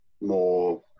more